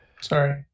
Sorry